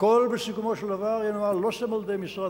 הכול בסיכומו של דבר ינוהל לא על-ידי משרד